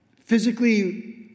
physically